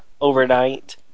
overnight